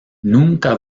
nunca